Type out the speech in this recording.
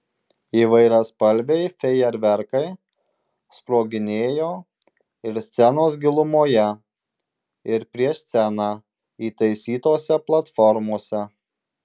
įvairiaspalviai fejerverkai sproginėjo ir scenos gilumoje ir prieš sceną įtaisytose platformose